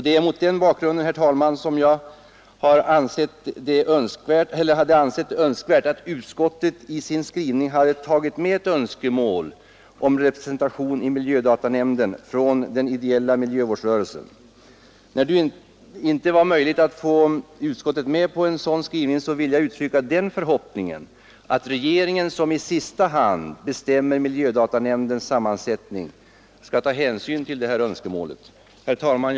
Det är mot den bakgrunden, herr talman, som jag hade ansett det önskvärt att utskottet i sin skrivning hade tagit med ett önskemål om representation i miljödatanämnden för den ideella miljövårdsrörelsen. När det inte var möjligt att få utskottet med på en sådan skrivning vill jag uttrycka den förhoppningen, att regeringen — som i sista hand bestämmer miljödatanämndens sammansättning — skall ta hänsyn till detta önskemål. Herr talman!